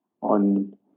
on